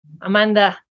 Amanda